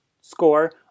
score